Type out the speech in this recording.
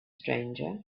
stranger